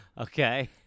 Okay